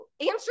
answer